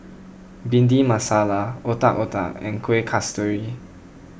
Bhindi Masala Otak Otak and Kueh Kasturi